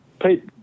Pete